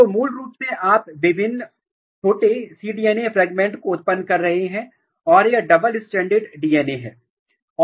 तो मूल रूप से आप भिन्न छोटे cDNA फ्रेगमेंट को उत्पन्न कर रहे हैं और यह डबल स्ट्रैंडेड डीएनए है